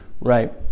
right